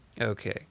Okay